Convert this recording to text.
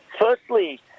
firstly